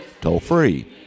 toll-free